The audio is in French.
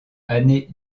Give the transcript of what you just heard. année